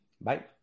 Bye